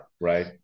right